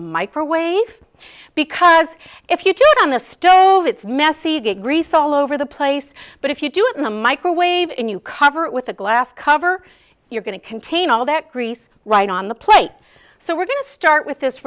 microwave because if you do it on the stove it's messy you get grease all over the place but if you do it in the microwave and you cover it with a glass cover you're going to contain all that grease right on the plate so we're going to start with this